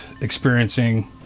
experiencing